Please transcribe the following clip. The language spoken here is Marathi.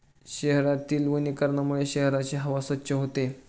शहरातील वनीकरणामुळे शहराची हवा स्वच्छ होते